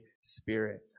Spirit